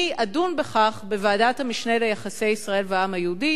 אני אדון בכך בוועדת המשנה ליחסי ישראל והעם היהודי.